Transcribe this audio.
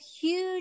huge